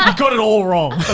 um got it all wrong.